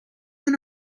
went